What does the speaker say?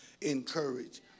encourage